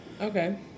okay